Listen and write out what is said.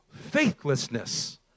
faithlessness